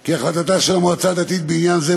כי החלטתה של המועצה הדתית בעניין זה,